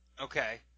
Okay